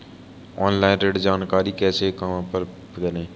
Online ऋण की जानकारी कैसे और कहां पर करें?